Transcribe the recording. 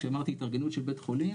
שאמרתי התארגנות של בית חולים,